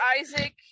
isaac